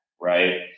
right